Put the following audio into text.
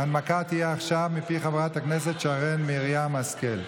ההנמקה תהיה עכשיו מפי חברת הכנסת שרן מרים השכל.